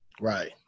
Right